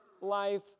life